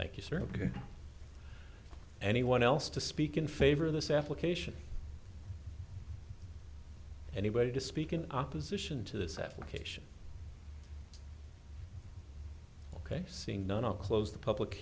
sir anyone else to speak in favor of this application anybody to speak in opposition to this application ok seeing none i'll close the public